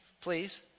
please